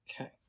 Okay